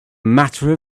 matter